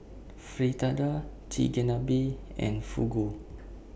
Fritada Chigenabe and Fugu